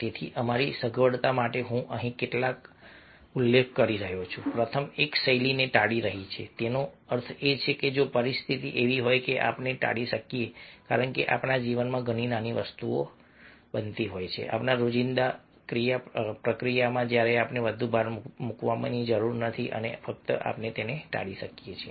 તેથી અમારી સગવડતા માટે હું અહીં કેટલાકનો ઉલ્લેખ કરી રહ્યો છું પ્રથમ એક શૈલીને ટાળી રહી છે તેનો અર્થ એ છે કે જો પરિસ્થિતિ એવી હોય કે આપણે ટાળી શકીએ કારણ કે આપણા જીવનમાં ઘણી નાની વસ્તુઓ બને છે આપણા રોજિંદા ક્રિયાપ્રતિક્રિયામાં જ્યાં આપણે વધુ ભાર મૂકવાની જરૂર નથી અને આપણે ફક્ત ટાળી શકીએ છીએ